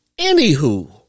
Anywho